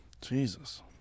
Jesus